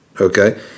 okay